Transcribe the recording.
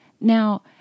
Now